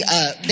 up